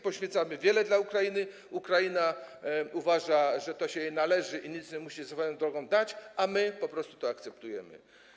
Poświęcamy wiele dla Ukrainy, Ukraina uważa, że to jej się należy i że nic nie musi swoją drogą dać, a my po prostu to akceptujemy.